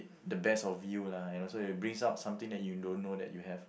the best of you lah and it also brings out something that you don't know that you have